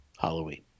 Halloween